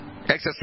Exercise